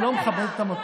זה לא מכבד את המקום.